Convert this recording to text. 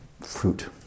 fruit